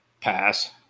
pass